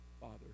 Father